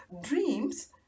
dreams